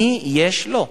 מי יש לו?